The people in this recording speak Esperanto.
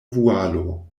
vualo